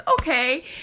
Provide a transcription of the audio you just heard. Okay